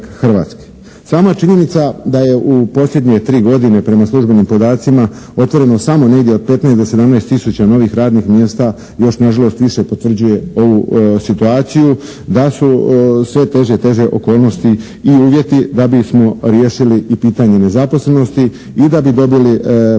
Hrvatske. Sama činjenica da je u posljednje 3 godine prema službenim podacima otvoreno samo negdje od 15 do 17 tisuća radnih mjesta još nažalost potvrđuje ovu situaciju da su sve teže i teže okolnosti u uvjeti da bismo riješili i pitanje nezaposlenosti i da bi dobili prave